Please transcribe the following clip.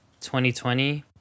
2020